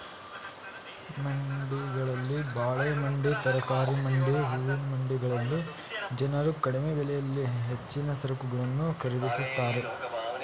ಮಂಡಿಗಳಲ್ಲಿ ಬಾಳೆ ಮಂಡಿ, ತರಕಾರಿ ಮಂಡಿ, ಹೂವಿನ ಮಂಡಿಗಳಲ್ಲಿ ಜನರು ಕಡಿಮೆ ಬೆಲೆಯಲ್ಲಿ ಹೆಚ್ಚಿನ ಸರಕುಗಳನ್ನು ಖರೀದಿಸುತ್ತಾರೆ